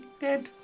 dead